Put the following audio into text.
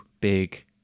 big